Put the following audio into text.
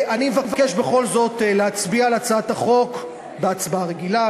אני מבקש בכל זאת להצביע על הצעת החוק בהצבעה רגילה,